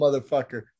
motherfucker